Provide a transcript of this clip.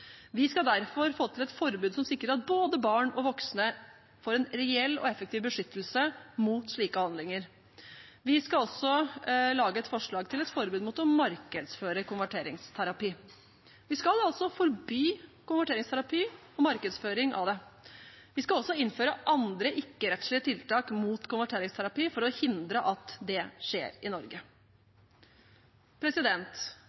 Vi skal derfor få til et forbud som sikrer at både barn og voksne får en reell og effektiv beskyttelse mot slike handlinger. Vi skal også lage et forslag til et forbud mot å markedsføre konverteringsterapi. Vi skal altså forby konverteringsterapi og markedsføring av det. Vi skal også innføre andre ikke-rettslige tiltak mot konverteringsterapi for å hindre at det skjer i